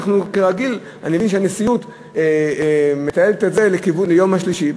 ואני מבין שהנשיאות מתעלת את זה לכיוון יום שלישי.